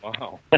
wow